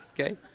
okay